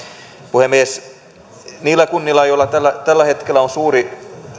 puhemies niillä kunnilla joissa tällä hetkellä on suuri